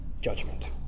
judgment